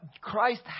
Christ